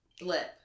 blip